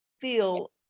feel